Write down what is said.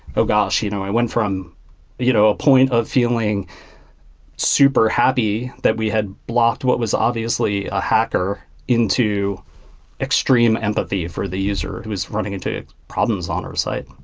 oh gosh! you know i went from you know a point of feeling super happy that we had blocked what was obviously a hacker into extreme empathy for the user who is running into problems on our site.